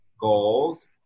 goals